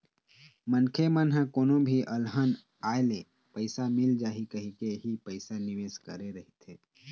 मनखे मन ह कोनो भी अलहन आए ले पइसा मिल जाए कहिके ही पइसा निवेस करे रहिथे